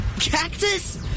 Cactus